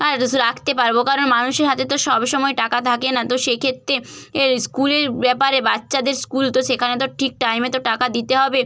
আর রাখতে পারব কারণ মানুষের হাতে তো সবসময় টাকা থাকে না তো সেক্ষেত্রে এ স্কুলের ব্যাপারে বাচ্চাদের স্কুল তো সেখানে তো ঠিক টাইমে তো টাকা দিতে হবে